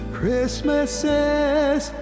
Christmases